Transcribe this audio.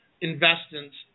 investments